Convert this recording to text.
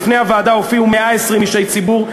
בפני הוועדה הופיעו 120 אישי ציבור,